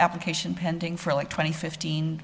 application pending for like twenty fifteen